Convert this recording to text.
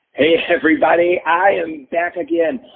hey, everybody. i am back again.